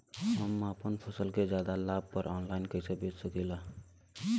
हम अपना फसल के ज्यादा लाभ पर ऑनलाइन कइसे बेच सकीला?